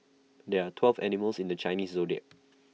there are twelve animals in the Chinese Zodiac